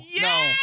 no